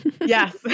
Yes